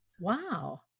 Wow